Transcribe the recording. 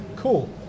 Cool